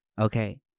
Okay